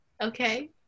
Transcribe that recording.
Okay